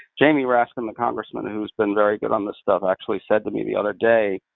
jamie raskin, the congressman who's been very good on this stuff, actually said to me the other day,